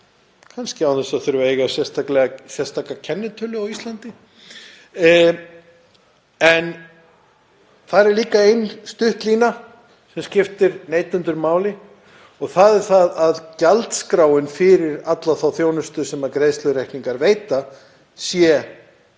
kannski að þurfa að eiga sérstaka kennitölu á Íslandi. En þar er líka ein stutt lína sem skiptir neytendur máli og það er að gjaldskráin fyrir alla þá þjónustu sem fylgir greiðslureikningum sé